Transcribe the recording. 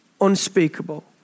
unspeakable